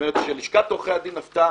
זאת אומרת, כשלשכת עורכי הדין עשתה